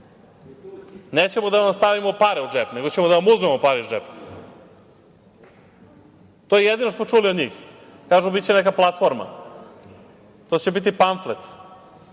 Nećemo da vam stavimo pare u džep, nego ćemo da vam uzmemo pare iz džepa. To je jedino što smo čuli od njih. Kažu - biće neka platforma. To će biti pamflet,